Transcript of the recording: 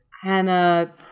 Hannah